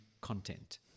content